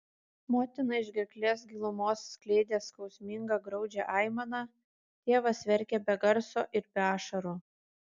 motina iš gerklės gilumos skleidė skausmingą graudžią aimaną tėvas verkė be garso ir be ašarų